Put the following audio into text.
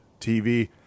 TV